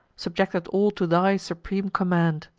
subjected all to thy supreme command.